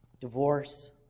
Divorce